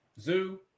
Zoo